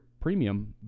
premium